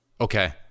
Okay